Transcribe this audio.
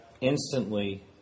instantly